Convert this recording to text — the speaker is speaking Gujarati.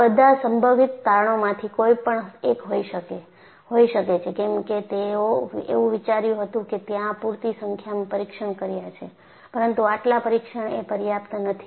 આ બધા સંભવિત તારણોમાંથી કોઈપણ એક હોઈ શકે છે કેમકે તેઓએ એવું વિચાર્યું હતું કે ત્યાં પૂરતી સંખ્યામાં પરીક્ષણ કર્યા છે પરંતુ આટલાં પરીક્ષણએ પર્યાપ્ત નથી